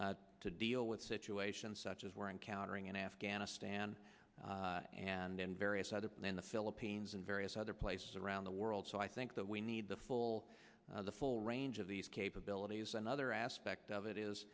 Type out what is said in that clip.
budget to deal with situations such as we're encountering in afghanistan and in various other and in the philippines and various other places around the world so i think that we need the full the full range of these capabilities another aspect of it is